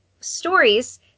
stories